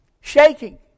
shaking